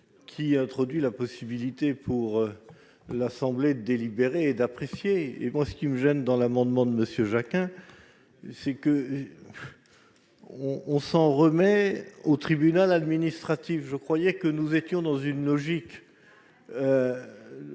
qui introduit la possibilité pour l'assemblée d'apprécier et moi ce qui me gêne dans l'amendement de monsieur Jack hein c'est que on, on s'en remet au tribunal administratif, je croyais que nous étions dans une logique